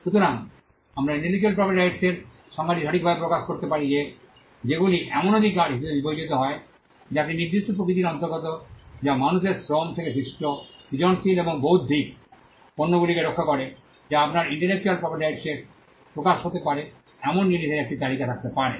সুতরাং আমরা intellectual property rights এর সংজ্ঞাটি সঠিকভাবে প্রকাশ করতে পারি যেগুলি এমন অধিকার হিসাবে বিবেচিত হয় যা একটি নির্দিষ্ট প্রকৃতির অন্তর্গত যা মানুষের শ্রম থেকে সৃষ্ট সৃজনশীল এবং বৌদ্ধিক পণ্যগুলিকে রক্ষা করে বা আপনার ইন্টেলেকচুয়াল প্রপার্টি রাইটস এর প্রকাশ হতে পারে এমন জিনিসের একটি তালিকা থাকতে পারে